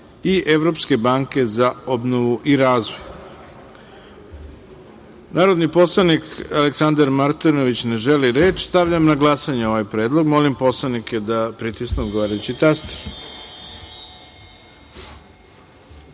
i Evropske banke za obnovu i razvoj. Narodni poslanik Aleksandar Martinović ne želi reč. Stavljam na glasanje ovaj predlog. Molim poslanike da pritisnu odgovarajući